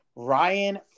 Ryan